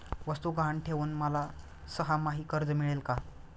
वस्तू गहाण ठेवून मला सहामाही कर्ज मिळेल का?